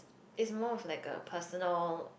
it's more of like a personal